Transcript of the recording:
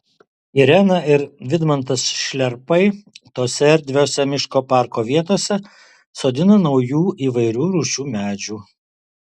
irena ir vidmantas šliarpai tose erdviose miško parko vietose sodina naujų įvairių rūšių medžių